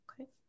Okay